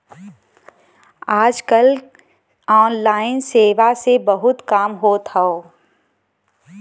आज कल ऑनलाइन सेवा से बहुत काम होत हौ